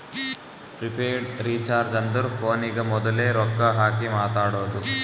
prepaid recharge ಅಂದುರ್ ಫೋನಿಗ ಮೋದುಲೆ ರೊಕ್ಕಾ ಹಾಕಿ ಮಾತಾಡೋದು